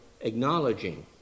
acknowledging